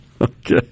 Okay